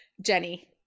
Jenny